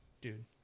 Dude